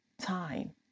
time